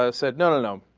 ah said no no